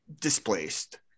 displaced